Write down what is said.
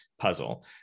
puzzle